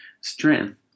Strength